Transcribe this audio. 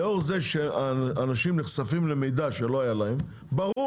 לאור זה שאנשים נחשפים למידע שלא היה להם ברור